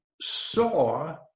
saw